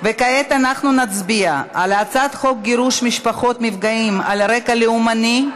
כעת אנחנו נצביע על הצעת חוק גירוש משפחות מפגעים על רקע לאומני,